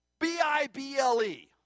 B-I-B-L-E